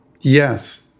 Yes